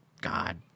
God